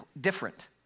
different